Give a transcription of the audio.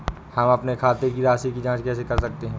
हम अपने खाते की राशि की जाँच कैसे कर सकते हैं?